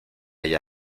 hay